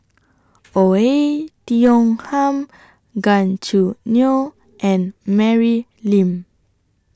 Oei Tiong Ham Gan Choo Neo and Mary Lim